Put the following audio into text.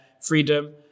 freedom